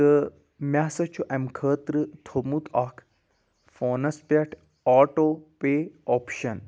تہٕ مےٚ ہسا چھِ امہِ خٲطرٕ تھوٚومُت اکھ فونَس پیٹھ آٹو پے اوپشَن